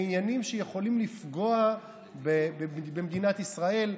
בעניינים שיכולים לפגוע במדינת ישראל,